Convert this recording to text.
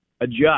adjust